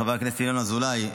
חבר הכנסת ינון אזולאי,